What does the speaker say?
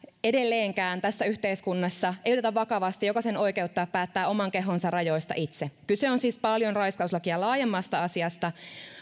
edelleenkään tässä yhteiskunnassa ei oteta vakavasti jokaisen oikeutta päättää oman kehonsa rajoista itse kyse on siis paljon raiskauslakia laajemmasta asiasta